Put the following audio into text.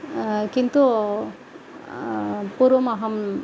किन्तु पूर्वमहं